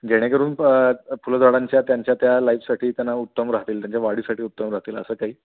जेणेकरून प फुलंझाडांच्या त्यांच्या त्या लाईफसाठी त्यांना उत्तम राहतील त्यांच्या वाढीसाठी उत्तम राहतील असं काही